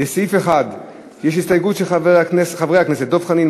לסעיף 1 יש הסתייגות של חברי הכנסת דב חנין,